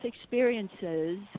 experiences